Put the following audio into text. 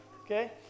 Okay